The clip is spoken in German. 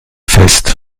fest